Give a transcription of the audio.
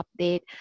update